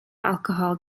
alcohol